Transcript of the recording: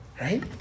right